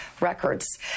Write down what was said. records